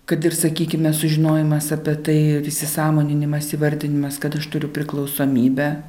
kad ir sakykime sužinojimas apie tai įsisąmoninimas įvardinimas kad aš turiu priklausomybę